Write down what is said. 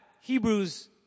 Hebrews